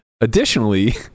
additionally